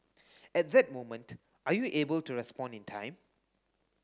at that moment are you able to respond in time